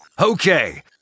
Okay